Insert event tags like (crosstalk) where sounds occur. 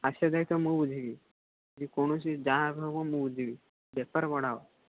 ଆସିବା ଦାୟିତ୍ୱ ମୁଁ ବୁଝିବି ଯେକୌଣସି ଯାହା (unintelligible) ହେବ ମୁଁ ବୁଝିବି ବେପାର ବଢ଼ାଅ